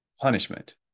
punishment